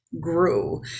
grew